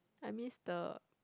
I miss the